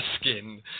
skin